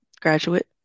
Graduate